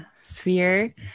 Sphere